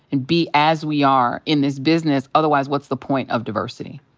and be as we are in this business. otherwise, what's the point of diversity?